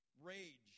rage